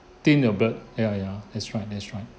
thin your blood ya ya that's right that's right